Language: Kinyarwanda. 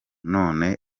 none